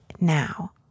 now